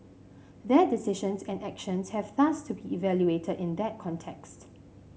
their decisions and actions have thus to be evaluated in that context